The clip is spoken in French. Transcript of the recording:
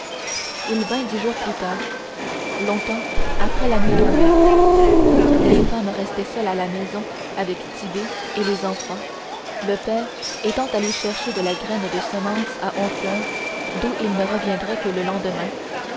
il vint dix jours plus tard longtemps après la nuit tombée les femmes restaient seules à la maison avec tit'bé et les enfants le père étant allé chercher de la graine de semence à honfleur d'où il ne reviendrait que le lendemain